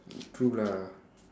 true lah